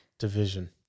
division